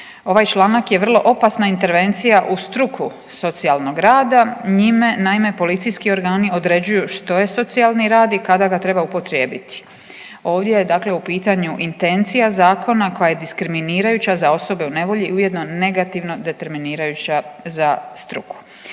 Ovaj članak je vrlo opasna intervencija u struku socijalnog rada. Njime naime policijski organi određuju što je socijalni rad i kada ga treba upotrijebiti. Ovdje je dakle u pitanju intencija zakona koja je diskriminirajuća za osobe u nevolji i ujedno negativno determinirajuća za struku.